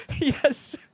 Yes